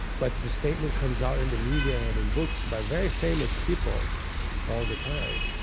but the statement comes out in the media and in books by very famous people all the time.